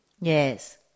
Yes